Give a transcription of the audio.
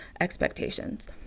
expectations